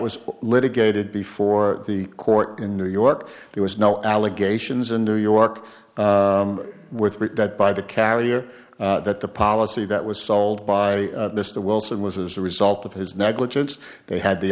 was litigated before the court in new york there was no allegations in new york with rick that by the carrier that the policy that was sold by mr wilson was as a result of his negligence they had the